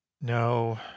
No